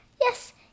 Yes